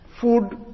food